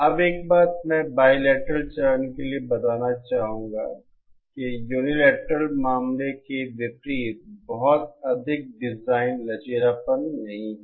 अब एक बात मैं बाईलेटरल चरण के लिए बताना चाहूँगा कि यूनिलैटरल मामले के विपरीत बहुत अधिक डिजाइन लचीलापन नहीं है